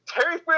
Terry